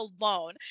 alone